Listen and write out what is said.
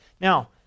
Now